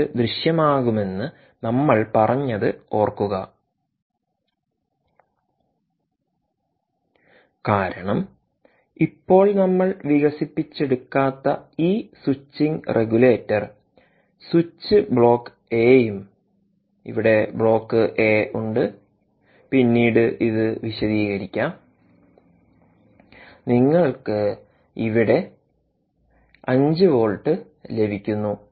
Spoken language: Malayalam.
2 ദൃശ്യമാകുമെന്ന് നമ്മൾ പറഞ്ഞത് ഓർക്കുക കാരണം ഇപ്പോൾ നമ്മൾ വികസിപ്പിച്ചെടുക്കാത്ത ഈ switching regulator switch block A യും ഇവിടെ ബ്ലോക്ക് എ ഉണ്ട് പിന്നീട് ഇത് വിശദീകരിക്കാം നിങ്ങൾക്ക് ഇവിടെ 5 വോൾട്ട് ലഭിക്കുന്നു